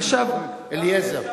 קדימה לא ציונים,